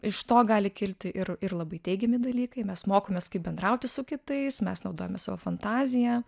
iš to gali kilti ir ir labai teigiami dalykai mes mokomės kaip bendrauti su kitais mes naudojamės savo fantaziją